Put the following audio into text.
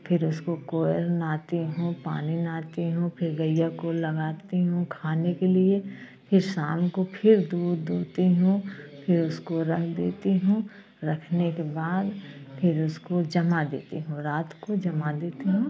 फिर उसको कोयल नहाती हूँ पानी नहाती हूँ फिर गईया को लगाती हूँ खाने के लिए फिर शाम को फिर दूध दुहती हूँ फिर उसको रख देती हूँ रखने के बाद फिर उसको जमा देती हूँ रात को जमा देती हूँ